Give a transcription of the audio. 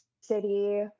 city